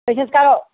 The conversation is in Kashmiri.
أسۍ حظ کرو